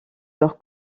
leur